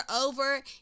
over